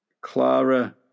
Clara